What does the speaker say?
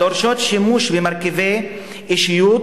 הדורשים שימוש במרכיבי אישיות,